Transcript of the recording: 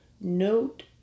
note